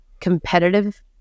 competitive